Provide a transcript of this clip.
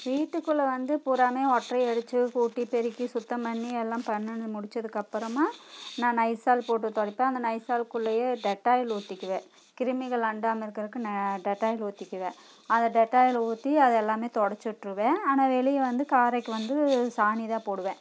வீட்டுக்குள்ளே வந்து பூராமே ஒட்டறை அடித்து கூட்டி பெருக்கி சுத்தம் பண்ணி எல்லாம் பண்ணி முடித்ததுக்கு அப்புறமா நான் நைசால் போட்டு துடைப்பேன் அந்த நைசால்குள்ளேயே டெட்டாயில் ஊற்றிக்குவேன் கிருமிகள் அண்டாமல் இருக்கிறக்கு நான் டெட்டாயில் ஊற்றிக்குவேன் அதில் டெட்டாயில் ஊற்றி அதெல்லாமே துடச்சி விட்ருவேன் ஆனால் வெளியே வந்து காரைக்கு வந்து சாணிதான் போடுவேன்